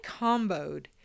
comboed